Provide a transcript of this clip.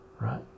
Right